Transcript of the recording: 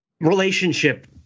relationship